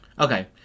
Okay